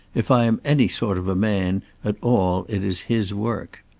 if i am any sort of a man at all it is his work.